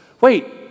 wait